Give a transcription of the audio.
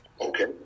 Okay